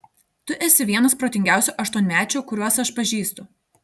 tu esi vienas protingiausių aštuonmečių kuriuos aš pažįstu